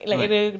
what